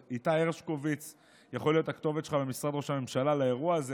אז איתי הרשקוביץ יכול להיות הכתובת שלך במשרד ראש הממשלה לאירוע הזה.